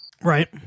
Right